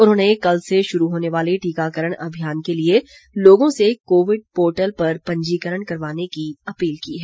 उन्होंने कल से शुरू होने वाले टीकाकरण अभियान के लिए लोगों से कोविड पोर्टल पर पंजीकरण करवाने की अपील की है